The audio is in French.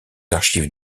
archives